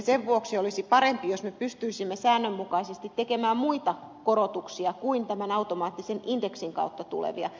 sen vuoksi olisi parempi jos me pystyisimme säännönmukaisesti tekemään muita korotuksia kuin automaattisen indeksin kautta tulevia